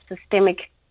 systemic